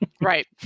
Right